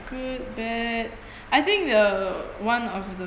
good bad I think the one of the